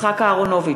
יצחק אהרונוביץ,